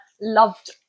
Loved